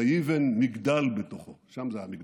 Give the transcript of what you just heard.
ויבן מגדל בתוכו" שם זה המגדל.